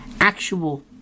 actual